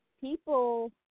people